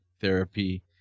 therapy